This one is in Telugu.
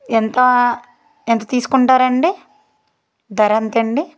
ఎంత ఎంత తీసుకుంటారు అండి ధర ఎంతండి